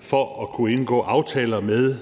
for at kunne indgå aftaler med